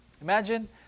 Imagine